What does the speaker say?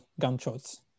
gunshots